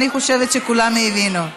אני חושבת שכולם הבינו.